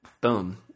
boom